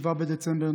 7 בדצמבר,